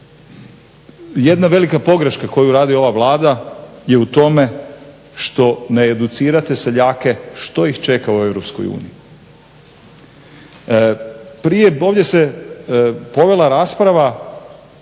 Jedna velika pogreška koju radi ova Vlada je u tome što ne educirate seljake što ih čeka u EU. Prije ovdje se povela rasprava